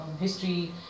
history